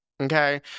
Okay